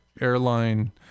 airline